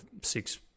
six